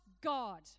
God